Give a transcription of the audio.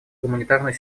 гуманитарную